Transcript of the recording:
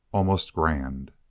almost grand.